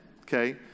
Okay